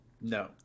No